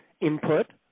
input